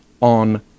on